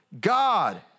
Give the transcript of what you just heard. God